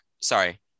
sorry